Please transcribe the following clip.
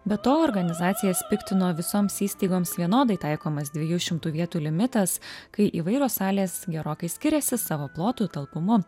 be to organizacijas piktino visoms įstaigoms vienodai taikomas dviejų šimtų vietų limitas kai įvairios salės gerokai skiriasi savo plotu talpumu